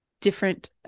different